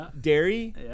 dairy